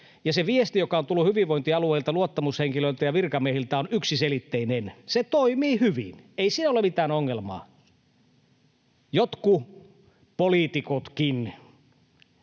ja se viesti, joka on tullut hyvinvointialueilta, luottamushenkilöiltä ja virkamiehiltä, on yksiselitteinen: se toimii hyvin, ei siellä ole mitään ongelmaa. Jotkut poliitikotkin,